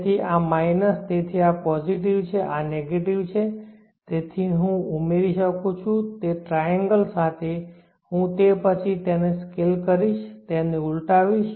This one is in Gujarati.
તેથી આ માઇનસ તેથી આ પોઝિટિવ છે આ નેગેટિવ છે તેથી હું અહીં ઉમેરી શકું છું તે ટ્રાએન્ગલ સાથે હું તે પછી તેને સ્કેલ કરીશ તેને ઉલટાવીશ